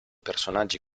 personaggi